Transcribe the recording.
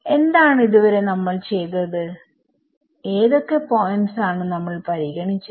എന്താണ് ഇതുവരെ നമ്മൾ ചെയ്തത് ഏതൊക്കെ പോയ്ന്റ്സ് ആണ് നമ്മൾ പരിഗണിച്ചത്